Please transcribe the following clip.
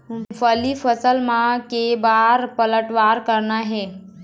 मूंगफली फसल म के बार पलटवार करना हे?